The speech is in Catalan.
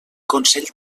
consell